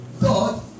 God